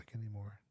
anymore